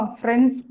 friends